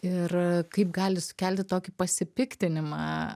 ir kaip gali sukelti tokį pasipiktinimą